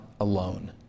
alone